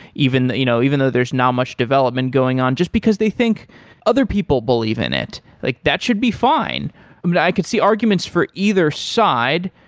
even you know even though there's not much development going on, just because they think other people believe in it. like that should be fine i could see arguments for either side.